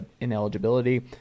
ineligibility